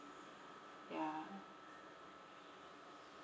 ya